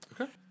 Okay